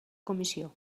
comissió